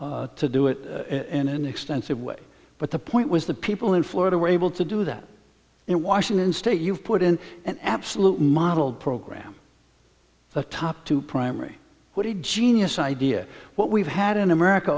to do it in an extensive way but the point was the people in florida were able to do that in washington state you put in an absolute modeled program the top two primary what he'd seen us idea what we've had in america